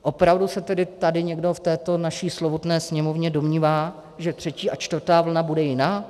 Opravdu se tady někdo v této naší slovutné Sněmovně domnívá, že třetí a čtvrtá vlna bude jiná?